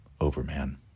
overman